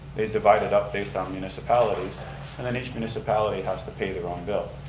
they divide it up based on municipalities and then each municipality has to pay their own bill.